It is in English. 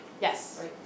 Yes